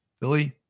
Billy